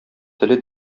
теле